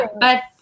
but-